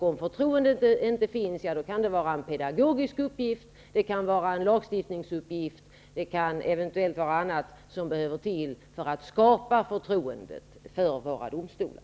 Om förtroendet inte finns kan det vara en pedagogisk uppgift och en uppgift för lagstiftningen, och eventuellt skall något annat till, att skapa det förtroendet för våra domstolar.